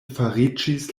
fariĝis